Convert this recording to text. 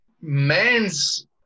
man's